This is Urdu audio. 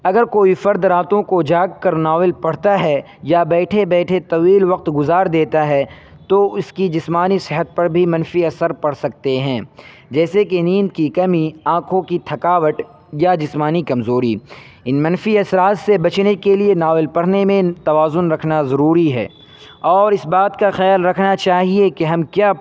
اگر کوئی فرد راتوں کو جاگ کر ناول پڑھتا ہے یا بیٹھے بیٹھے طویل وقت گزار دیتا ہے تو اس کی جسمانی صحت پر بھی منفی اثر پڑ سکتے ہیں جیسے کہ نیند کی کمی آنکھوں کی تھکاوٹ یا جسمانی کمزوری ان منفی اثرات سے بچنے کے لیے ناول پڑھنے میں توازن رکھنا ضروری ہے اور اس بات کا خیال رکھنا چاہیے کہ ہم کیا